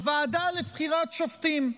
הוועדה לבחירת שופטים.